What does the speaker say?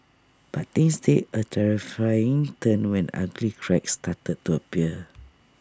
but things take A terrifying turn when ugly cracks started to appear